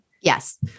Yes